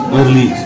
early